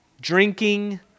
drinking